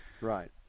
Right